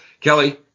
Kelly